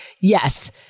yes